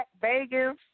Vegas